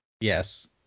Yes